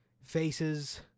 Faces